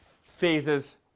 phases